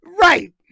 Right